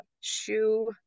shoe